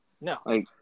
No